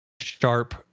sharp